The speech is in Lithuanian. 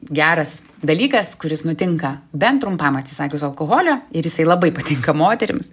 geras dalykas kuris nutinka bent trumpam atsisakius alkoholio ir jisai labai patinka moterims